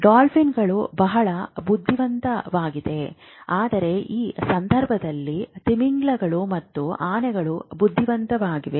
ಡಾಲ್ಫಿನ್ಗಳು ಬಹಳ ಬುದ್ಧಿವಂತವಾಗಿವೆ ಆದರೆ ಈ ಸಂದರ್ಭದಲ್ಲಿ ತಿಮಿಂಗಿಲಗಳು ಮತ್ತು ಆನೆಗಳು ಬುದ್ಧಿವಂತವಾಗಿವೆ